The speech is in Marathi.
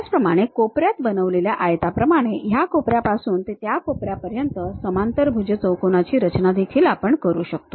त्याचप्रमाणे कोपऱ्यात बनवलेल्या आयताप्रमाणे या कोपऱ्यापासून ते त्या कोपऱ्यापर्यंत समांतरभुज चौकोनाची रचना देखील आपण करू शकतो